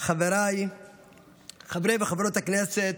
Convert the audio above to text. חבריי חברי וחברות הכנסת,